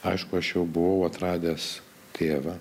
aišku aš jau buvau atradęs tėvą